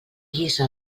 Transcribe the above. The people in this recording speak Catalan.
guisa